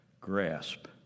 Grasp